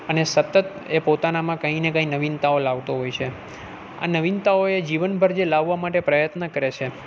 અને સતત એ પોતાનામાં કાંઈને કાંઈ નવીનતાઓ લાવતો હોય છે આ નવીનતાઓ એ જીવનભર જે લાવા માટે પ્રયત્ન કરે છે